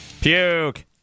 Puke